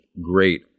great